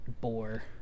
bore